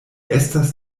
estas